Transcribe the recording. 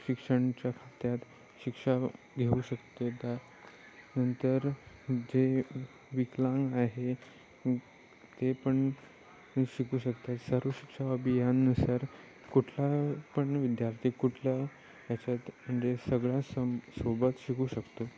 शिक्षणाच्या खात्यात शिक्षा घेऊ शकते त्या नंतर जे विकलांग आहे ते पण शिकू शकते सर्व शिक्षा अभियानानुसार कुठला पण विद्यार्थी कुठल्या याच्यात म्हणजे सगळ्या सम सोबत शिकू शकतो